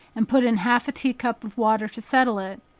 and put in half a tea-cup of water to settle it,